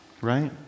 Right